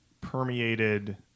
permeated